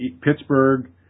Pittsburgh